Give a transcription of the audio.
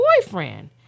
boyfriend